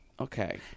Okay